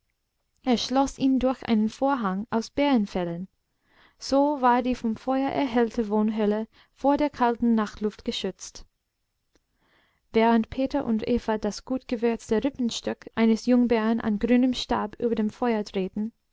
er schloß ihn durch einen vorhang aus bärenfellen so war die vom feuer erhellte wohnhöhle vor der kalten nachtluft geschützt während peter und eva das gut gewürzte rippenstück eines jungbären an grünem stab über dem feuer